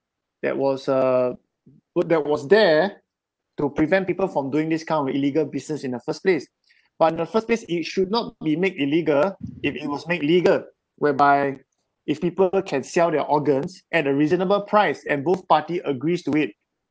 that was uh that was there to prevent people from doing this kind of illegal business in the first place but in the first place it should not be made illegal if it was made legal whereby if people can sell their organs at a reasonable price and both party agrees to it